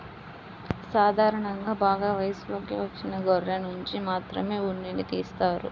సాధారణంగా బాగా వయసులోకి వచ్చిన గొర్రెనుంచి మాత్రమే ఉన్నిని తీస్తారు